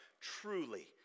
truly